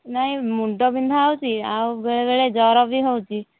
ନାଇଁ ମୁଣ୍ଡ ବିନ୍ଧା ହେଉଛି ଆଉ ବେଳେବେଳେ ଜ୍ଵର ବି ହେଉଛି